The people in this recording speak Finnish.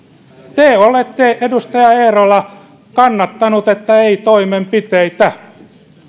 te olette edustaja eerola kannattanut että ei toimenpiteitä